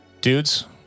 Dudes